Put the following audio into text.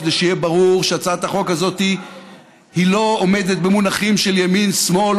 כדי שיהיה ברור שהצעת החוק הזאת לא עומדת במונחים של ימין שמאל,